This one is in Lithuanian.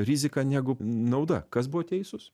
rizika negu nauda kas buvo teisus